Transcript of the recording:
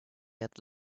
had